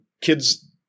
kids